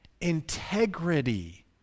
integrity